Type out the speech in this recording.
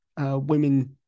women